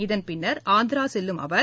இதள் பின்னர் ஆந்திராசெல்லும் அவர்